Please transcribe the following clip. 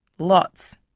lots,